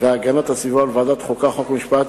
והגנת הסביבה ולוועדת החוקה, חוק ומשפט,